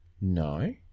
No